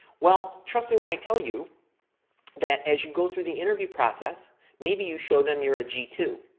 well, trust me when i tell you that as you go through the interview process, maybe you show them you're a g two.